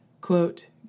Quote